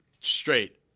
straight